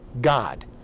God